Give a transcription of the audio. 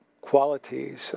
qualities